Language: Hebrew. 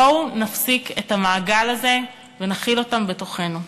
בואו נפסיק את המעגל הזה ונכיל אותם בתוכנו.